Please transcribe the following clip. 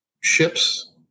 ships